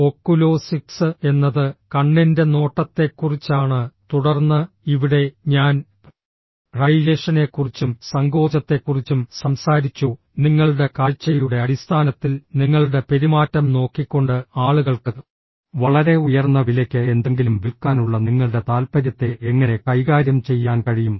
oculesics എന്നത് കണ്ണിന്റെ നോട്ടത്തെക്കുറിച്ചാണ് തുടർന്ന് ഇവിടെ ഞാൻ ഡൈലേഷനെക്കുറിച്ചും സങ്കോചത്തെക്കുറിച്ചും സംസാരിച്ചു നിങ്ങളുടെ കാഴ്ചയുടെ അടിസ്ഥാനത്തിൽ നിങ്ങളുടെ പെരുമാറ്റം നോക്കിക്കൊണ്ട് ആളുകൾക്ക് വളരെ ഉയർന്ന വിലയ്ക്ക് എന്തെങ്കിലും വിൽക്കാനുള്ള നിങ്ങളുടെ താൽപ്പര്യത്തെ എങ്ങനെ കൈകാര്യം ചെയ്യാൻ കഴിയും